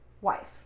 wife